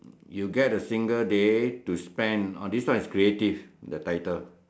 you get a single day to spend oh this one is creative the title